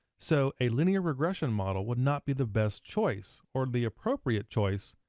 so a linear regression model would not be the best choice, or the appropriate choice,